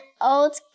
old